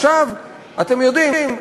אתם יודעים,